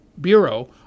Bureau